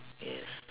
yes